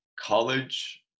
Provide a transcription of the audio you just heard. college